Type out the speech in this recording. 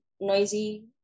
noisy